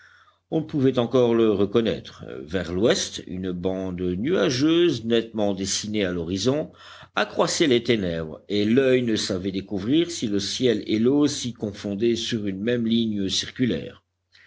on ne pouvait encore le reconnaître vers l'ouest une bande nuageuse nettement dessinée à l'horizon accroissait les ténèbres et l'oeil ne savait découvrir si le ciel et l'eau s'y confondaient sur une même ligne circulaire